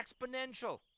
exponential